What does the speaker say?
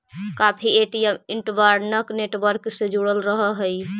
काफी ATM interbank network से जुड़ल रहऽ हई